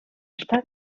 està